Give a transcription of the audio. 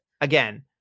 again